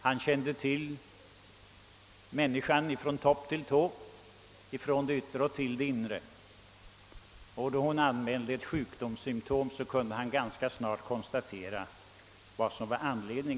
Han kände till patienten från topp till tå, från det yttre till det inre, och då patienten anmälde ett sjukdomssymptom kunde han ganska snart komma underfund med orsaken.